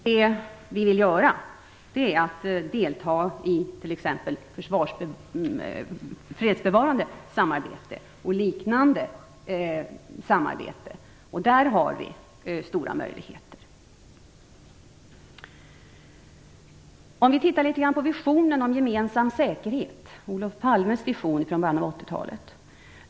Vad vi vill göra är att delta i t.ex. fredsbevarande och liknande samarbete, och i det avseendet har vi stora möjligheter. Låt oss se något på visionen om gemensam säkerhet, Olof Palmes vision från början av 80-talet.